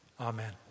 Amen